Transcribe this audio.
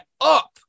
up